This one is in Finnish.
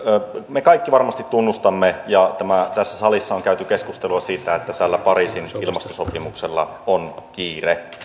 me kaikki varmasti tunnustamme ja tässä salissa on käyty keskustelua siitä että tällä pariisin ilmastosopimuksella on kiire